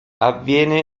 avviene